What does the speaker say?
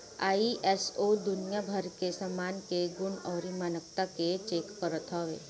ISO दुनिया भर के सामान के गुण अउरी मानकता के चेक करत हवे